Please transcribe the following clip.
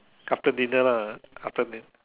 after dinner lah after dinner